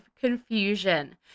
confusion